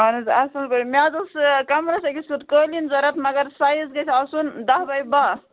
اہن حظ اصل پٲٹھۍ مےٚ حظ اوس کمرَس أکِس کیُتھ قٲلیٖن ضوٚرتھ مگر سایز گَژھِ آسُن دہ باے باہ